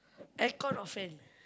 aircon or fan